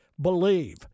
Believe